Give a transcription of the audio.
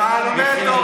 כמובן שחבר הכנסת אייכלר,